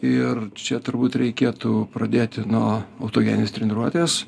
ir čia turbūt reikėtų pradėti nuo autogeninės treniruotės